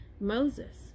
Moses